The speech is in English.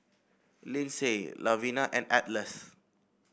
Lyndsey Lavina and Atlas